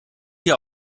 hier